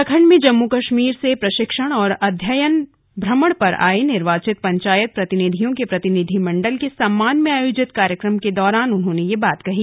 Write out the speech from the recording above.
उत्तराखंड में जम्मू कश्मीर से प्रशिक्षण और अध्ययन भ्रमण पर आये निर्वाचित पंचायत प्रतिनिधियों के प्रतिनिधिमण्डल के सम्मान में आयोजित कार्यक्रम के दौरान उन्होंने यह बात कही